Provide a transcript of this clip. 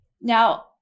Now